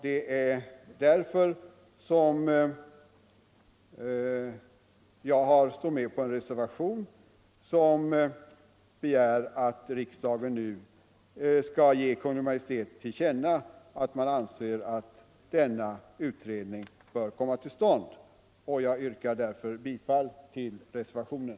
Det är av denna anledning som jag står med på en reservation vari begärs att riksdagen nu som sin mening skall ge Kungl. Maj:t till känna att denna utredning bör komma till stånd, och jag yrkar bifall till reservationen.